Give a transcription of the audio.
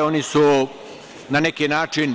Oni su na neki način